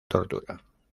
tortura